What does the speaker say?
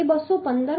r એ 215